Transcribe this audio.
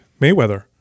mayweather